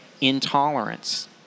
intolerance